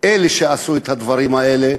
אלה שעשו את הדברים האלה.